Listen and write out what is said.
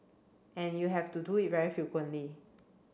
and you have to do it very frequently